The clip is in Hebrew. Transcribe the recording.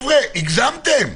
הגזמתם.